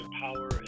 power